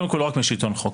קודם כל לא רק משלטון הרוב,